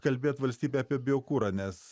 kalbėt valstybei apie biokurą nes